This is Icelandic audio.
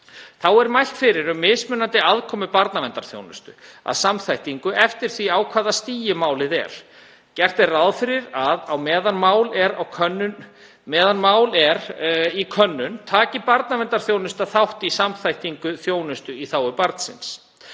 Þá er mælt fyrir um mismunandi aðkomu barnaverndarþjónustu að samþættingu eftir því á hvaða stigi málið er. Gert er ráð fyrir að á meðan mál er í könnun taki barnaverndarþjónusta þátt í samþættingu þjónustu í þágu barnsins.